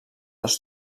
les